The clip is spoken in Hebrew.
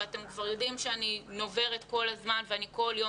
ואתם כבר יודעים שאני נוברת כל הזמן ואני כל יום